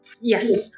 Yes